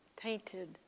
tainted